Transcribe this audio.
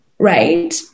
Right